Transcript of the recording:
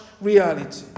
reality